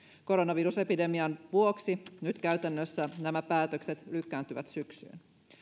koronavirusepidemian vuoksi nyt käytännössä nämä päätökset lykkääntyvät syksyyn